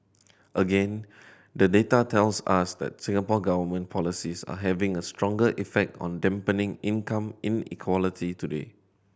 again the data tells us that Singapore Government policies are having a stronger effect on dampening income inequality today